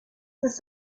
this